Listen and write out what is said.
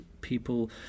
people